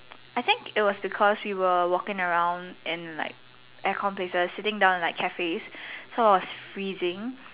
I think it was because we were walking around in like air con places sitting around in cafes so I was freezing